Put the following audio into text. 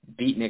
beatnik